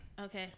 Okay